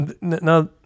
Now